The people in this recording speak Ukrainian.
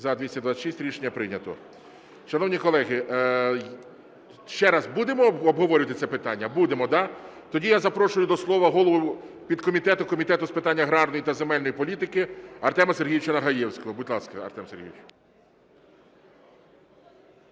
За-226 Рішення прийнято. Шановні колеги, ще раз, будемо обговорювати це питання? Будемо, да. Тоді я запрошую до слова голову підкомітету Комітету з питань аграрної та земельної політики Артема Сергійовича Нагаєвського. Будь ласка, Артем Сергійович.